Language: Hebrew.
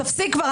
תפסיק כבר.